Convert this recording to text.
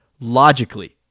Logically